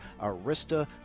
Arista